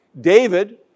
David